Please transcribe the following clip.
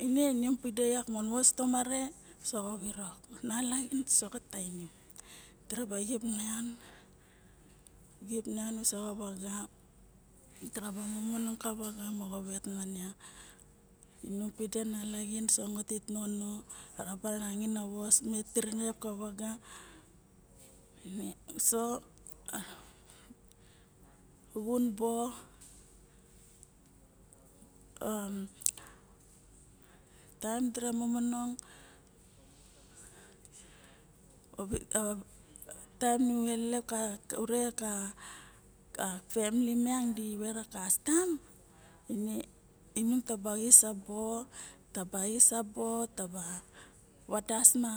Ine inom pide yak visok tomare soxa virok nalaxin soxa tamim diraba xip nain xip nian usi xa vaga diraba momongong kavaga moxo vet nian inom pidi nalaxin moxo sangot it nono mo rabe nangain a vos me tinirep ka vaga ne so a xun bo a taem dira momongong, taem nu elelep ka ura ka family miang di vera kastam ine inung taba ais a bo taba vadas ma